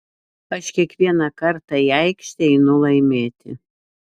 aš kiekvieną kartą į aikštę einu laimėti